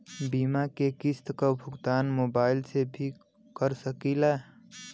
बीमा के किस्त क भुगतान मोबाइल से भी कर सकी ला?